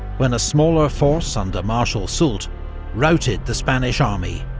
when a smaller force under marshal soult routed the spanish army,